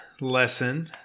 lesson